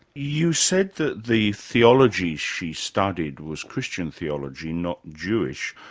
you said that the theology she studied was christian theology, not jewish.